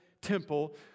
Temple